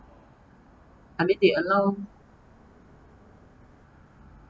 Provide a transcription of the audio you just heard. I mean they allow